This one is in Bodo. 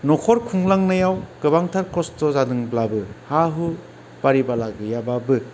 न'खर खुंलांनायाव गोबांथार खस्थ' जादोंब्लाबो हा हु बारि बाला गैयाबाबो